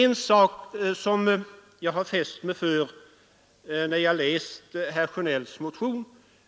En sak har jag fäst mig vid när jag läst herr Sjönells motion.